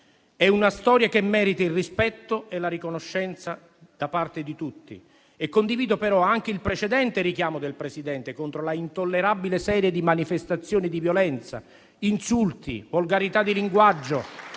È una storia che merita il rispetto e la riconoscenza da parte di tutti. Condivido, però, anche il precedente richiamo del Presidente contro l'intollerabile serie di manifestazioni di violenza, insulti, volgarità di linguaggio,